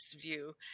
view